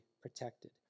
protected